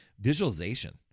visualization